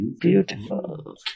beautiful